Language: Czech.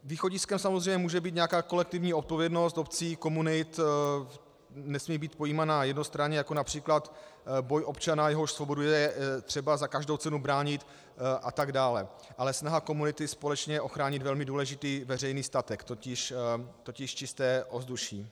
Východiskem samozřejmě může být nějaká kolektivní odpovědnost obcí, komunit, nesmí být pojímaná jednostranně, jako např. boj občan, jehož svobodu je třeba za každou cenu bránit, atd., ale snaha komunity společně ochránit velmi důležitý veřejný statek, totiž čisté ovzduší.